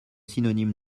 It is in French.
synonyme